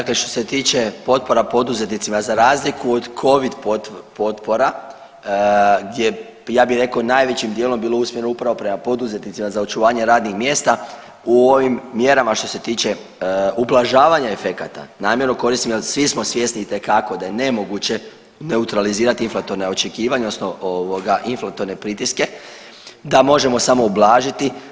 Dakle, što se tiče potpora poduzetnicima za razliku od covid potpora gdje ja bih rekao najvećim dijelom bilo usmjereno prema poduzetnicima za očuvanje radnih mjesta u ovim mjerama što se tiče ublažavanja efekata, namjerno koristim jer svi smo svjesni itekako da je nemoguće neutralizirati inflatorna očekivanja, odnosno inflatorne pritiske, da možemo samo ublažiti.